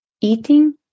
eating